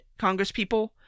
congresspeople